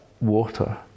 water